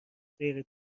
غیر